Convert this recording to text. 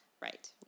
Right